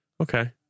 okay